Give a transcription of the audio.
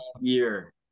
year